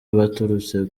buturutse